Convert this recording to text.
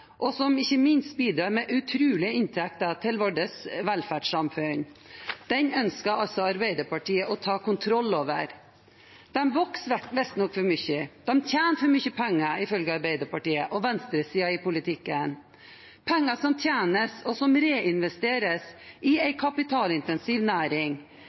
og bidrar ikke minst med utrolige inntekter til vårt velferdssamfunn. Den ønsker altså Arbeiderpartiet å ta kontroll over. Næringen vokser visstnok for mye, de tjener for mye penger, ifølge Arbeiderpartiet og venstresiden i politikken. Det er penger som tjenes, og som reinvesteres i en kapitalintensiv næring.